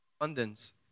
abundance